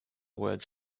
words